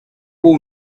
will